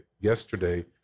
yesterday